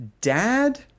dad